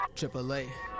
Triple-A